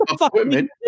equipment